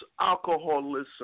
alcoholism